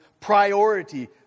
Priority